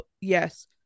Yes